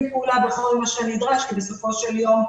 פעולה בכל מה שנדרש כי בסופו של יום,